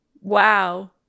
Wow